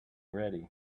ready